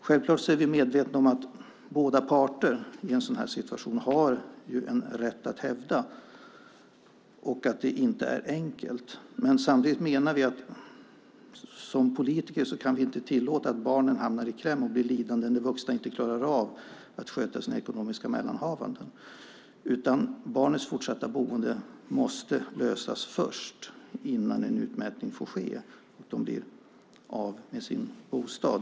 Självklart är vi medvetna om att båda parter i en situation som denna har en rätt att hävda och att det inte är enkelt, men samtidigt menar vi att vi som politiker inte kan tillåta att barnen hamnar i kläm och blir lidande när vuxna inte klarar av att sköta sina ekonomiska mellanhavanden. Barnets fortsatta boende måste lösas innan en utmätning får ske och de blir av med sin bostad.